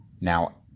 Now